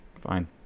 fine